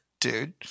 dude